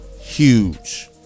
huge